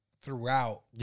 throughout